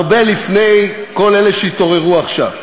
הרבה לפני כל אלה שהתעוררו עכשיו.